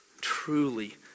truly